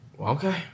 Okay